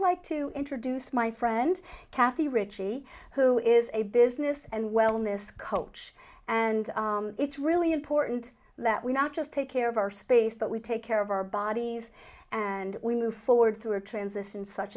like to introduce my friend kathy ritchie who is a business and wellness coach and it's really important that we not just take care of our space but we take care of our bodies and we move forward through a transition such